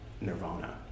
nirvana